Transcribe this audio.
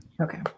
Okay